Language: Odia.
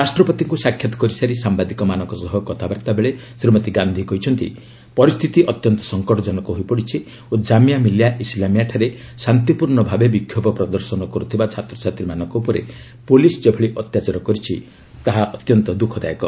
ରାଷ୍ଟ୍ରପତିଙ୍କୁ ସାକ୍ଷାତ କରିସାରି ସାମ୍ଭାଦିକମାନଙ୍କ ସହ କଥାବାର୍ତ୍ତା ବେଳେ ଶ୍ରୀମତୀ ଗାନ୍ଧି କହିଛନ୍ତି ପରିସ୍ଥିତି ଅତ୍ୟନ୍ତ ସଂକଟଜନକ ହୋଇପଡ଼ିଛି ଓ କାମିଆ ମିଲିଆ ଇସଲାମିଆଠାରେ ଶାନ୍ତିପୂର୍ଣ୍ଣ ଭାବେ ବିକ୍ଷୋଭ ପ୍ରଦର୍ଶନ କର୍ତ୍ରିଥବା ଛାତ୍ରଛାତ୍ରୀମାନଙ୍କ ଉପରେ ପୁଲିସ୍ ଯେଭଳି ଅତ୍ୟାଚାର କରିଛି ତାହା ଅତ୍ୟନ୍ତ ଦୂଃଖଦାୟକ